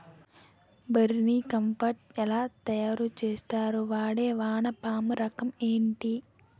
Vermi compost ఎలా తయారు చేస్తారు? వాడే వానపము రకం ఏంటి?